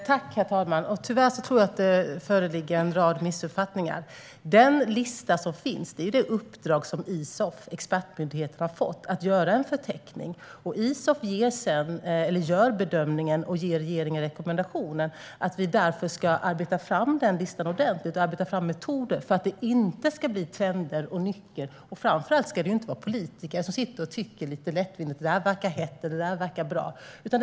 Herr talman! Tyvärr tror jag att det föreligger en rad missuppfattningar. När det gäller den lista som finns har Isof, expertmyndigheten, fått i uppdrag att göra en förteckning. Isof gör bedömningar och ger regeringen rekommendationer. Vi ska arbeta fram denna lista ordentligt och arbeta metoder för att det inte ska bli trender och nycker. Framför allt ska det inte vara politiker som sitter och tycker lite lättvindigt om vad som verkar hett eller bra.